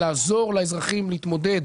לעזור לאזרחים להתמודד